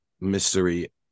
mystery